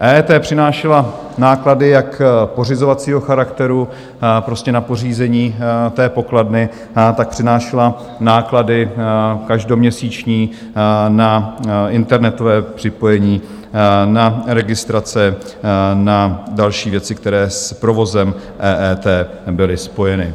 EET přinášela náklady jak pořizovacího charakteru, prostě na pořízení té pokladny, tak přinášela náklady každoměsíční na internetové připojení, na registrace, na další věci, které s provozem EET byly spojeny.